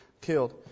killed